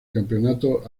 campeonato